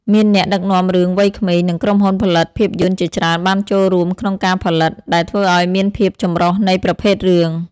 មានអ្នកដឹកនាំរឿងវ័យក្មេង និងក្រុមហ៊ុនផលិតភាពយន្តជាច្រើនបានចូលរួមក្នុងការផលិត ដែលធ្វើឱ្យមានភាពចម្រុះនៃប្រភេទរឿង។